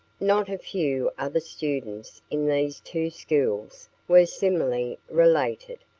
not a few other students in these two schools were similarly related,